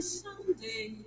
someday